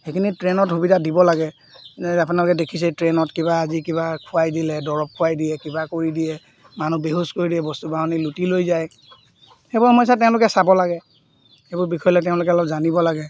সেইখিনি ট্ৰেইনত সুবিধা দিব লাগে আপোনালোকে দেখিছে ট্ৰেইনত কিবা আজি কিবা খুৱাই দিলে দৰৱ খুৱাই দিয়ে কিবা কৰি দিয়ে মানুহ বেহুছ কৰি দিয়ে বস্তু বাহনি লুটি লৈ যায় সেইবোৰ সমস্যা তেওঁলোকে চাব লাগে সেইবোৰ বিষয়লৈ তেওঁলোকে অলপ জানিব লাগে